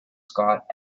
scott